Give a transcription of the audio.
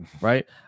right